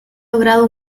logrado